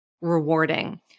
rewarding